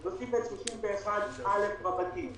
להוסיף את סעיף 31א רבתי,